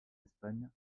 espagne